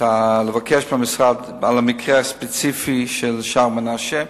אבקש מהמשרד לבדוק את המקרה הספציפי של "שער מנשה".